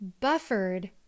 buffered